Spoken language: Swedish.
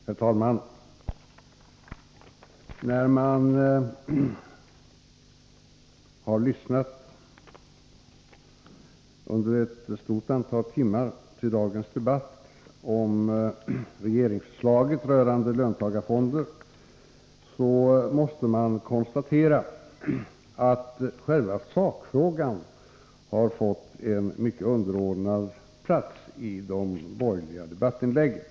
Herr talman! Efter att under ett stort antal timmar ha lyssnat till dagens debatt om regeringsförslaget rörande löntagarfonder måste man konstatera att själva sakfrågan har fått en mycket underordnad plats i de borgerliga debattinläggen.